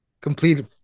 complete